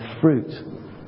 fruit